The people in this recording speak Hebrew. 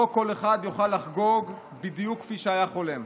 לא כל אחד יוכל לחגוג בדיוק כפי שהיה חולם.